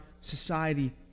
society